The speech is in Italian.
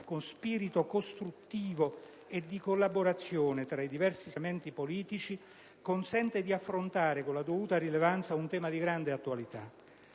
con spirito costruttivo e di collaborazione tra i diversi schieramenti politici, consente di affrontare con la dovuta rilevanza un tema di grande attualità.